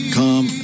come